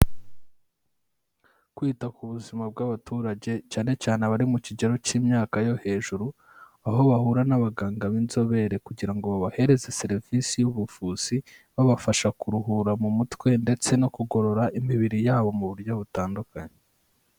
Kwita ku buzima bw'abaturage cyane cyane abari mu kigero cy'imyaka yo hejuru, aho bahura n'abaganga b'inzobere kugira ngo babahereze serivisi y'ubuvuzi, babafasha kuruhura mu mutwe ndetse no kugorora imibiri yabo mu buryo butandukanye.